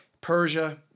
Persia